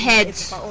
heads